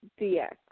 DX